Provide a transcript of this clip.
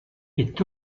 est